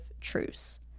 truce